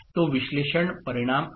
तो विश्लेषण परिणाम आहे